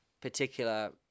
particular